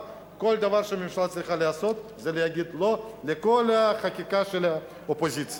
כל מה שהממשלה צריכה לעשות זה להגיד "לא" לכל החקיקה של האופוזיציה.